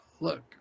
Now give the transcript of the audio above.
look